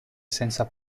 senza